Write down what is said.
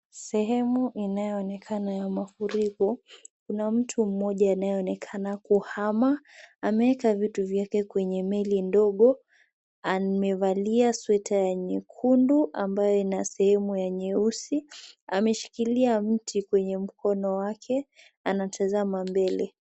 Sehemu inayo onekana ya mafuriko, kuna mtu mmoja anayeonekana kuhama, ameweka vitu vyake kwenye Meli ndogo amevalia sweater ya nyekundu ambaye ina sehemu ya nyeusi, ameshikilia mti kwenye mkono wake, anatazama mbele.